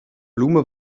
blume